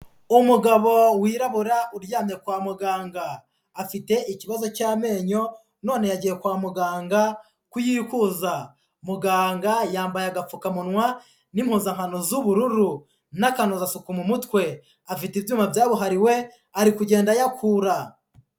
Umugabo wirabura uryamye kwa muganga, afite ikibazo cy'amenyo none yagiye kwa muganga kuyikuza, muganga yambaye agapfukamunwa n'impuzankano z'ubururu n'akanozasuku mu mutwe, afite ibyuma byabuhariwe ari kugenda ayakura.